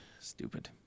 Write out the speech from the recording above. Stupid